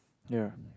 ya